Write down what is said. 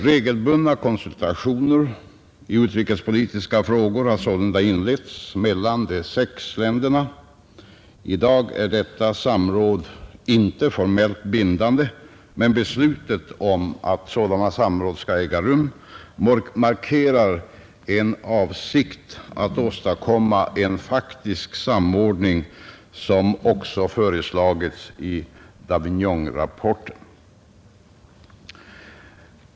Regelbundna konsultationer i utrikespolitiska frågor har sålunda inletts mellan de sex medlemsländerna, I dag är detta samråd inte formellt bindande, men beslutet om att sådana samråd skall äga rum markerar en avsikt att åstadkomma en faktisk samordning, som också föreslagits i Davignonrapporten.